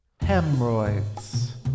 Hemorrhoids